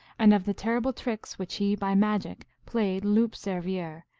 and of the terrible tricks which he by magic played loup-cervier,